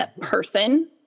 person